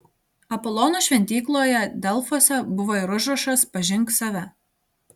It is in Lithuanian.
apolono šventykloje delfuose buvo ir užrašas pažink save